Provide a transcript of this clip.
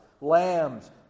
Lambs